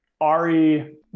Ari